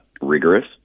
rigorous